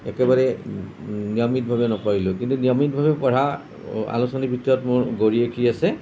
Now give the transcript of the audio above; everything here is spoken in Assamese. একেবাৰে নিয়মিতভাৱে নপঢ়িলেও কিন্তু নিয়মিতভাৱে পঢ়া আলোচনীৰ ভিতৰত মোৰ গৰিয়সী আছে